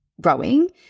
growing